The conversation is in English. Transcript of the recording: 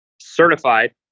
certified